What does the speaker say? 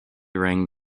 rang